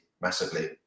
massively